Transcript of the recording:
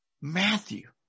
Matthew